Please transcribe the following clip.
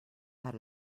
had